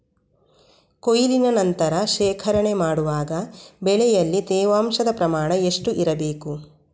ಕೊಯ್ಲಿನ ನಂತರ ಶೇಖರಣೆ ಮಾಡುವಾಗ ಬೆಳೆಯಲ್ಲಿ ತೇವಾಂಶದ ಪ್ರಮಾಣ ಎಷ್ಟು ಇರಬೇಕು?